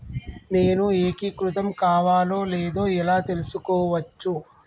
నేను ఏకీకృతం కావాలో లేదో ఎలా తెలుసుకోవచ్చు?